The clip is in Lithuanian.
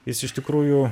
jis iš tikrųjų